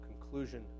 conclusion